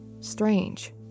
strange